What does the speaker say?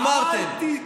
אמרתם.